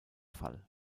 fall